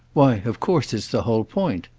why of course it's the whole point.